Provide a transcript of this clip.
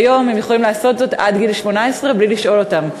כיום הם יכולים לעשות זאת עד גיל 18 בלי לשאול אותם,